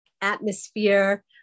atmosphere